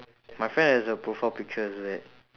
my friend has a profile picture as that